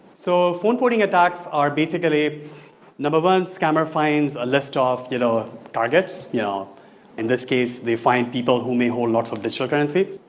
so ah phone porting attacks are basically number one scammer finds a list ah of you know targets, yeah in this case, we find people who may hold lots of digital currency.